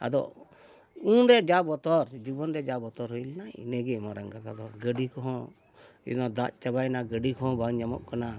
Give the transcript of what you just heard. ᱟᱫᱚ ᱩᱱᱨᱮ ᱡᱟ ᱵᱚᱛᱚᱨ ᱡᱤᱵᱚᱱ ᱨᱮ ᱡᱟ ᱵᱚᱛᱚᱨ ᱦᱩᱭ ᱞᱮᱱᱟ ᱤᱱᱟᱹᱜᱮ ᱢᱟᱨᱟᱝ ᱠᱟᱛᱷᱟ ᱫᱚ ᱜᱟᱹᱰᱤ ᱠᱚᱦᱚᱸ ᱡᱮᱱᱚ ᱫᱟᱜ ᱪᱟᱵᱟᱭᱮᱱᱟ ᱜᱟᱹᱰᱤ ᱠᱚᱦᱚᱸ ᱵᱟᱝ ᱧᱟᱢᱚᱜ ᱠᱟᱱᱟ